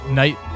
night